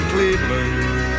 Cleveland